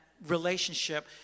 relationship